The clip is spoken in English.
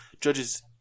judges